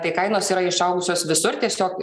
tai kainos yra išaugusios visur tiesiog